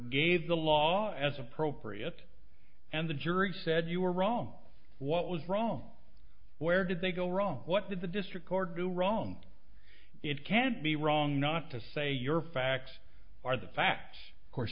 gave the law as appropriate and the jury said you were wrong what was wrong where did they go wrong what did the district court do wrong it can't be wrong not to say your facts are the facts